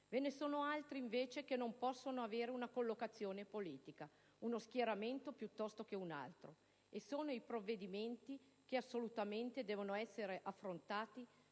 ve ne sono altri che non possono avere una collocazione politica, uno schieramento piuttosto che un altro: sono i provvedimenti che devono essere affrontati